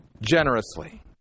generously